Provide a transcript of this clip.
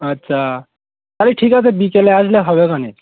আচ্ছা তাহলে ঠিক আছে বিকেলে আসলে হবেখনে